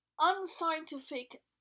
unscientific